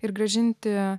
ir grąžinti